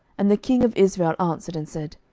and the king of israel answered and said,